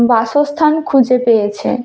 বাসস্থান খুঁজে পেয়েছে